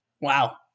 Wow